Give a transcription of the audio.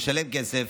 משלם כסף,